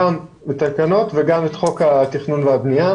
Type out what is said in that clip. גם התקנות וגם את חוק התכנון והבנייה.